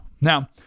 Now